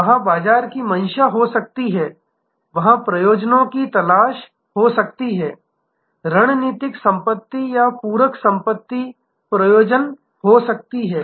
वहाँ बाजार की मंशा हो सकती है वहाँ प्रयोजनों की तलाश हो सकती है रणनीतिक संपत्ति या पूरक संपत्ति प्रयोजन हो सकती है